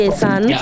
son